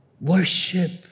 worship